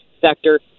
sector